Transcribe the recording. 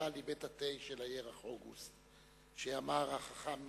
המונומנטלי "בית-התה של ירח אוגוסט", שאמר החכם